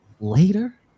later